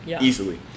easily